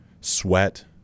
sweat